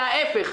אלא ההיפך,